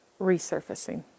resurfacing